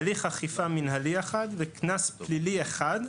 הליך אכיפה מנהלית אחד וקנס פלילי אחד,